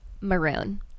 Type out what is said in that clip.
maroon